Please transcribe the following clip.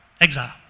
exile